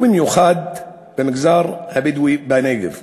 ובמיוחד במגזר הבדואי בנגב.